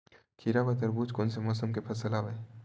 खीरा व तरबुज कोन से मौसम के फसल आवेय?